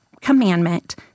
commandment